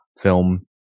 film